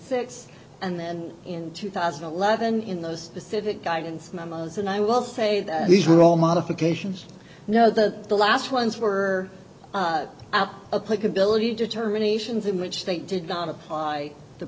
six and then in two thousand and eleven in those specific guidance memos and i will say that these were all modifications know that the last ones were out a quick ability determinations in which they did not apply the